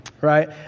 right